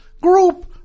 group